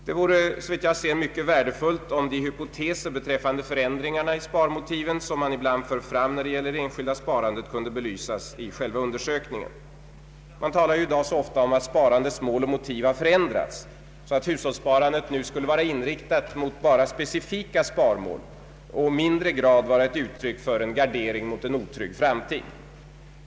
Det vore — såvitt jag kan se — mycket värdefullt om de hypoteser beträffande förändringarna i sparmotiven, som ibland förs fram när det gäller det enskilda sparandet, kunde belysas i själva undersökningen. Man talar i dag ofta om att sparandets mål och motiv har förändrats, så att hushållssparandet nu skulle vara inriktat endast mot specifika sparmål och i mindre grad vara ett uttryck för en gardering mot en otrygg framtid.